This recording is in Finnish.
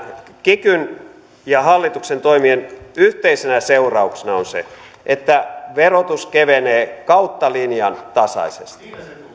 kikyn ja hallituksen toimien yhteisenä seurauksena on se että verotus kevenee kautta linjan tasaisesti